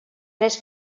tres